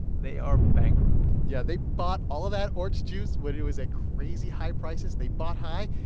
they are bankrupt yeah, they bought all of that orange juice when it was at crazy high prices. they bought high.